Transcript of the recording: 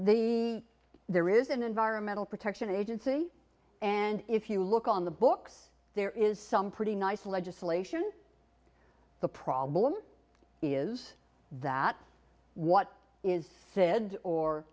they there is an environmental protection agency and if you look on the books there is some pretty nice legislation the problem is that what is said or